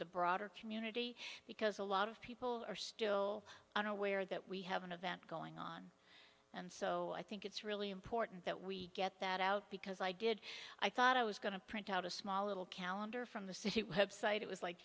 the broader community because a lot of people are still unaware that we have an event going on and so i think it's really important that we get that out because i did i thought i was going to print out a small little calendar from the city website it was like